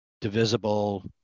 divisible